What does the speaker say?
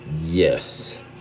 Yes